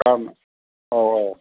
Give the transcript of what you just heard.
गारनां औ औ